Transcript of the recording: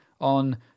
on